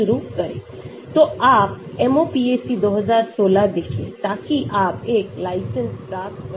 तो आप MOPAC2016 देखें ताकि आप एक लाइसेंस प्राप्त कर सकें